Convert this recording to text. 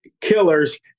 killers